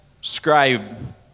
scribe